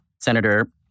senator